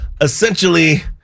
Essentially